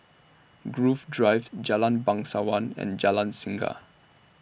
Grove Drive Jalan Bangsawan and Jalan Singa